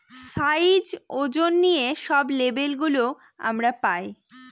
size, ওজন নিয়ে সব লেবেল গুলো আমরা পায়